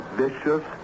vicious